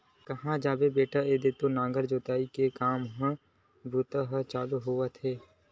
काँहा जाबे बेटा ऐदे तो नांगर जोतई के काम बूता ह चलत हवय